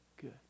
Good